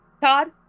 Todd